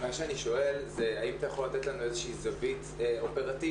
אני שואל האם אתה יכול לתת לנו איזושהי זווית אופרטיבית,